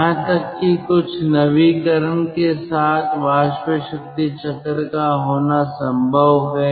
यहां तक कि कुछ नवीकरण के साथ वाष्प शक्ति चक्र का होना संभव है